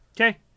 Okay